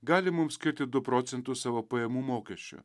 gali mums skirti du procentus savo pajamų mokesčio